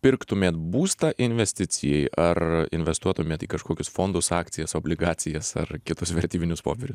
pirktumėt būstą investicijai ar investuotumėt į kažkokius fondus akcijas obligacijas ar kitus vertybinius popierius